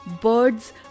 Birds